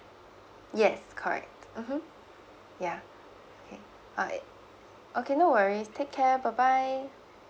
yes correct mmhmm ya okay got it okay no worries take care bye bye